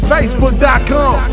Facebook.com